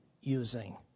using